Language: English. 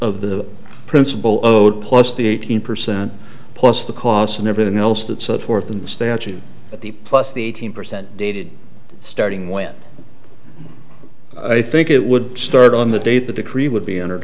of the principal owed plus the eighteen percent plus the cost and everything else that so forth in the statute at the plus the eighteen percent dated starting when i think it would start on the date the decree would be enter